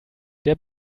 der